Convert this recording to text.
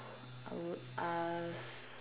I would ask